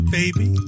baby